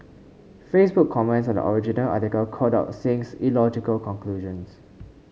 Facebook comments on the original article called out Singh's illogical conclusions